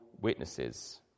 witnesses